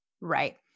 Right